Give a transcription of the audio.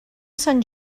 sant